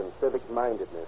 civic-mindedness